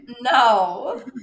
No